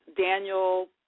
Daniel